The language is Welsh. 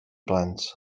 blant